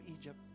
Egypt